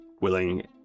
willing